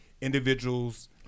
individuals